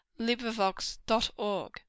LibriVox.org